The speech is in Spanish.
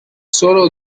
solo